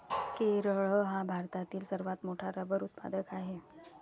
केरळ हा भारतातील सर्वात मोठा रबर उत्पादक आहे